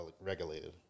regulated